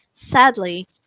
Sadly